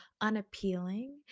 unappealing